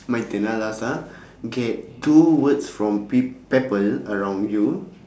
my turn ah last ah okay two words from pe~ people around you